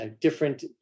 different